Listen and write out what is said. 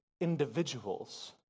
individuals